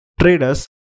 traders